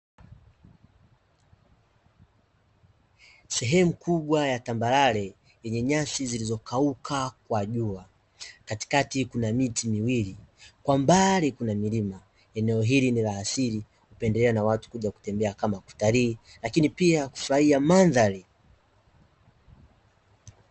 Sehemu kubwa ya tambarare yenye nyasi zilizokauka kwa jua, katikati kuna miti miwili, kwa mbali kuna milima. Eneo hili ni la asili, hupendelewa na watu kuja kutembea kama kutalii lakini pia kufurahia mandhari.